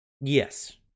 yes